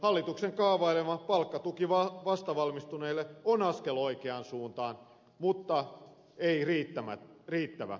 hallituksen kaavailema palkkatuki vastavalmistuneille on askel oikeaan suuntaan mutta ei riittävä